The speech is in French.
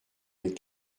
les